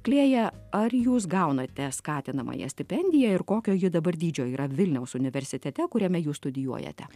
klėja ar jūs gaunate skatinamąją stipendiją ir kokio ji dabar dydžio yra vilniaus universitete kuriame jūs studijuojate